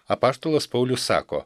apaštalas paulius sako